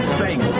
thank